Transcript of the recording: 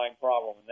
problem